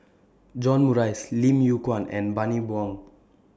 John Morrice Lim Yew Kuan and Bani Buang